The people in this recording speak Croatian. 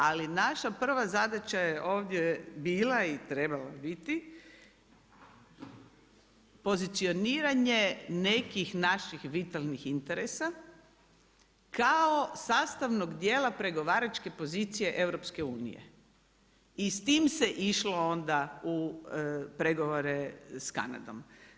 Ali naša prva zadaća je ovdje bila i trebala biti pozicioniranje nekih naših vitalnih interesa, kao sastavnog djela pregovaračke pozicije EU-a. i s tim se išlo onda u pregovore s Kanadom.